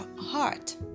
heart